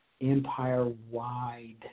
empire-wide